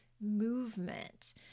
movement